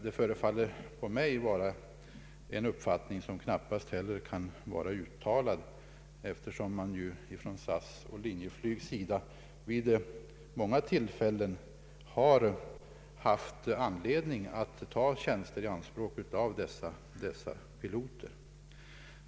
Det förefaller mig vara en uppfattning som knappast kan vara uttalad, eftersom SAS och Linjeflyg vid många tillfällen har haft anledning att ta tjänster i anspråk av sådana piloter.